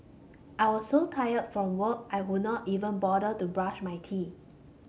I was so tired from work I could not even bother to brush my teeth